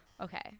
okay